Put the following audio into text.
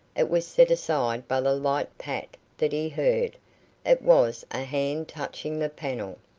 it was set aside by the light pat that he heard it was a hand touching the panel.